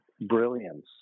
brilliance